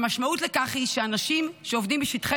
והמשמעות לכך היא שאנשים שעובדים בשטחי